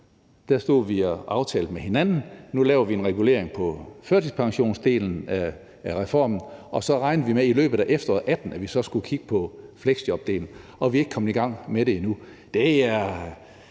2018 stod vi og aftalte med hinanden, at nu lavede vi en regulering på førtidspensionsdelen af reformen, og så regnede vi med, at vi så i løbet af efteråret 2018 skulle kigge på fleksjobdelen. Vi er ikke kommet i gang med det endnu.